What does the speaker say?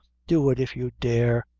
do it if you dare,